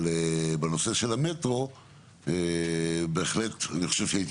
אבל בנושא של המטרו בהחלט אני חושב שהייתי